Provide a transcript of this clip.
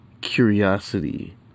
curiosity